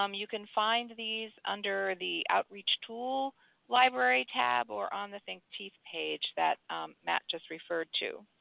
um you can find these under the outreach tool library tab or on the think teeth page that matt just referred to.